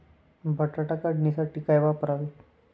बटाटा काढणीसाठी काय वापरावे?